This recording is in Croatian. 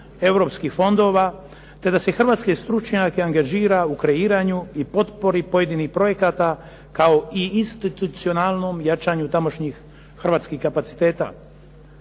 europskih fondova, te da se hrvatske stručnjake angažira u kreiranju i potpori pojedinih projekata kao i institucionalnom jačanju tamošnjih hrvatskih kapaciteta.